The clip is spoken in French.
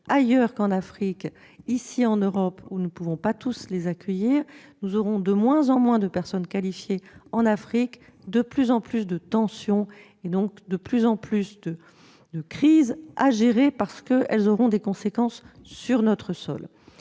ailleurs qu'en Afrique, ici, en Europe, où nous ne pouvons pas tous les accueillir, on aura, en Afrique, de moins en moins de personnes qualifiées, de plus en plus de tensions, et donc de plus en plus de crises à gérer, car elles auront des conséquences sur notre sol.